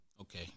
Okay